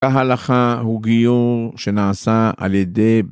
ההלכה הוא גיור שנעשה על ידי